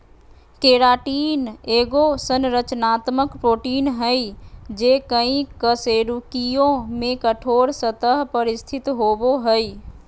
keratin एगो संरचनात्मक protein हइ जे कई कशेरुकियों में कठोर सतह पर स्थित होबो हइ